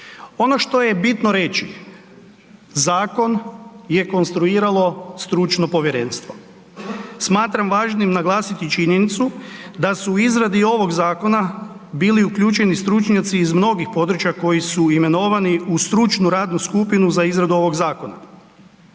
Ono što je bitno reći, zakon je konstruiralo stručno povjerenstvo. Smatram važnim naglasiti činjenicu da su u izradi ovog zakona bili uključeni stručnjaci iz mnogih područja koji su imenovani u stručnu radnu skupinu za izradu ovog zakona.